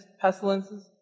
pestilences